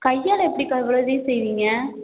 கையால் எப்படிக்கா இவ்வளோத்தியும் செய்வீங்க